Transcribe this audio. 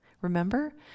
Remember